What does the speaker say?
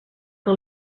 que